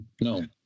No